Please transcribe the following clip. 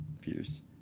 Pierce